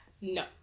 No